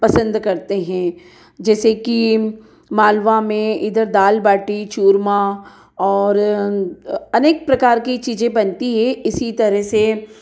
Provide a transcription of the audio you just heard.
पसंद करते हैं जैसे कि मालवा में इधर दाल बाटी चूरमा और अनेक प्रकार की चीज़ें बनती हैं और इसी तरह से